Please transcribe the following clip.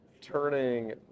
turning